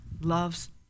loves